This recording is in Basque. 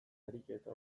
ariketa